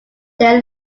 they